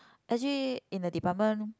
actually in the department